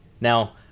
Now